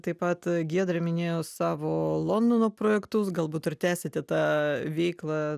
taip pat giedrė minėjo savo londono projektus galbūt ir tęsite tą veiklą